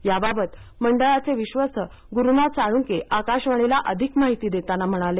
याबाबत मंडळाचे विश्वस्त गुरुनाथ साळुंके आकाशवाणीला अधिक माहिती देतना म्हणाले